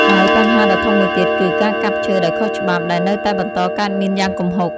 ហើយបញ្ហាដ៏ធំមួយទៀតគឺ ការកាប់ឈើដោយខុសច្បាប់ ដែលនៅតែបន្តកើតមានយ៉ាងគំហុក។